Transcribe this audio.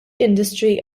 industry